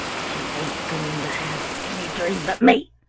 she ain't going to have any dream but me,